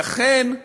לכן,